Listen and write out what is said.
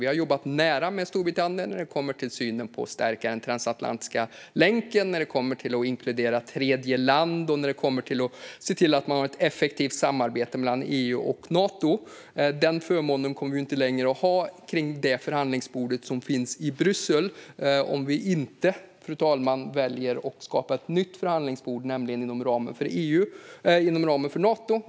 Vi har jobbat nära med Storbritannien när det kommer till synen på att stärka den transatlantiska länken, när det kommer till att inkludera tredjeland och när det kommer till att se till att man har ett effektivt samarbete mellan EU och Nato. Den förmånen kommer vi inte längre att ha kring förhandlingsbordet i Bryssel om vi inte väljer, fru talman, att skapa ett nytt förhandlingsbord inom ramen för Nato.